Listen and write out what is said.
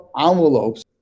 envelopes